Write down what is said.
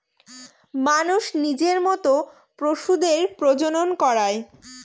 মানুষ নিজের মত পশুদের প্রজনন করায়